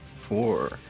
four